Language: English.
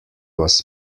was